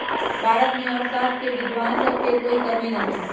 भारत में अर्थशास्त्र के विद्वान सब के कोई कमी न हई